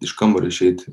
iš kambario išeiti